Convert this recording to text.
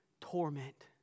torment